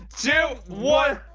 two, one!